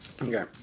Okay